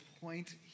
point